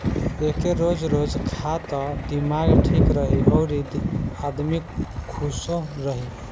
एके रोज रोज खा त दिमाग ठीक रही अउरी आदमी खुशो रही